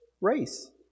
race